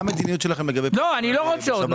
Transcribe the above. אני לא רוצה עוד נציג.